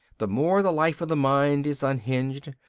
the more the life of the mind is unhinged,